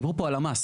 דיברו פה על המס,